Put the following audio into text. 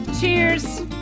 cheers